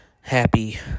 Happy